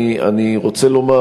אני רוצה לומר,